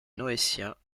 noétiens